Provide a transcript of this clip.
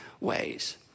ways